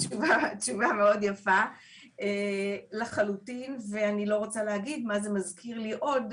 תשובה מאוד יפה ואני לא רוצה להגיד מה זה מזכיר לי עוד,